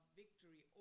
victory